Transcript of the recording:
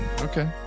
okay